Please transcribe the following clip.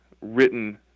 written